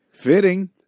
Fitting